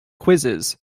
quizzes